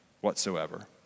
whatsoever